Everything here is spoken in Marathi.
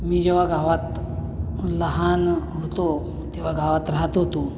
मी जेव्हा गावात लहान होतो तेव्हा गावात राहात होतो